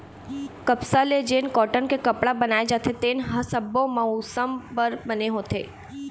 कपसा ले जेन कॉटन के कपड़ा बनाए जाथे तेन ह सब्बो मउसम बर बने होथे